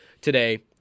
today